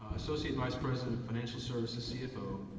associate vice president of financial services, cfo,